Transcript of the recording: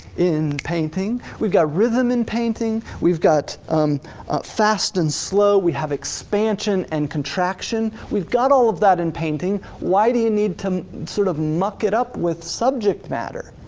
in painting, we've got rhythm in painting, we've got fast and slow, we have expansion and contraction, we've got all of that in painting. why do you need to sort of muck it up with subject matter?